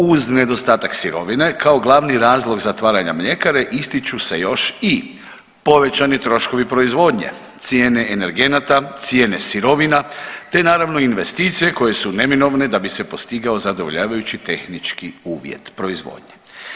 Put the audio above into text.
Uz nedostatak sirovine kao glavni razlog zatvaranja mljekare ističu se još i povećani troškovi proizvodnje, cijene energenata, cijene sirovina te naravno investicije koje su neminovne da bi se postigao zadovoljavajući tehnički uvjet proizvodnje.